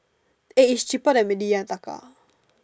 eh is cheaper than Meidi-ya Taka